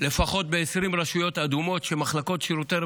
לפחות ב-20 רשויות אדומות שמחלקות השירותים